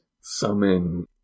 summon